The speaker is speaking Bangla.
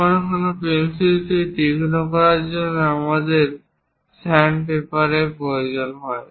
কখনও কখনও পেন্সিলটি তীক্ষ্ণ করার জন্য আমাদের স্যান্ডপেপারের প্রয়োজন হয়